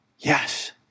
Yes